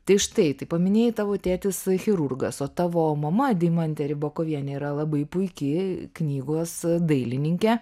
tai štai tai paminėjai tavo tėtis chirurgas o tavo mama deimantė rybakovienė yra labai puiki knygos dailininkė